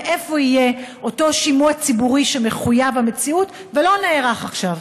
ואיפה יהיה אותו שימוע ציבורי מחויב המציאות שלא נערך עכשיו?